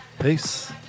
Peace